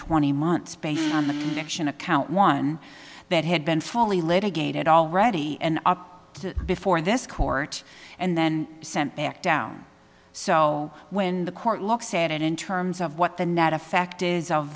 twenty months based on the election a count one that had been fully litigated already and up to before this court and then sent back down so when the court looks at it in terms of what the net effect is o